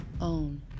own